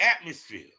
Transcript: atmosphere